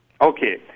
Okay